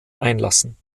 einlassen